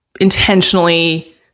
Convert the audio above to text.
intentionally